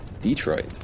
Detroit